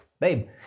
babe